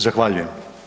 Zahvaljujem.